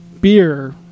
beer